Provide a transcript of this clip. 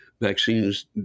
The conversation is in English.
vaccines